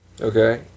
Okay